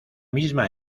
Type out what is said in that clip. misma